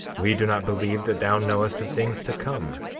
we do not believe that thou knowest of things to come,